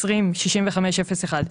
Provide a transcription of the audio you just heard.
206601,